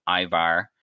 Ivar